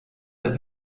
der